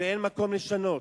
ואין מקום לשנות.